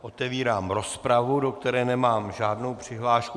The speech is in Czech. Otevírám rozpravu, do které nemám žádnou přihlášku.